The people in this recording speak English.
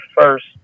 first